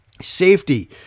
Safety